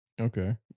Okay